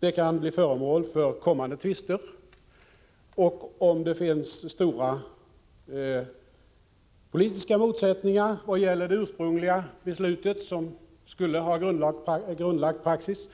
Det kan bli föremål för kommande tvister, och om det finns stora politiska motsättningar vad gäller det ursprungliga beslutet som skulle ha grundlagt praxis